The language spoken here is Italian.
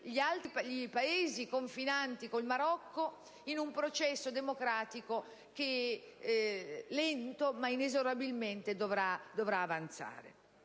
quindi i Paesi confinanti con il Marocco, in un processo democratico lento ma che, inesorabilmente, dovrà avanzare.